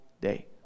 day